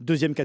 Deuxième cas :